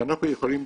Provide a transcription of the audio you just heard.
שאנחנו יכולים ,